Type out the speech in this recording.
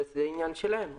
זה עניין שלהם.